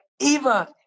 Eva